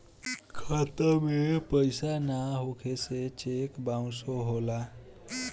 खाता में पइसा ना होखे से चेक बाउंसो होला